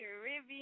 Caribbean